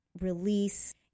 release